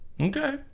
Okay